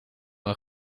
een